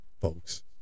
folks